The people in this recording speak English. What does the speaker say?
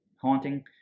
Haunting